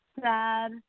sad